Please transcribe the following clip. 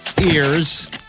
ears